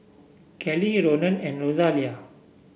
Kellie Ronan and Rosalia